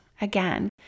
again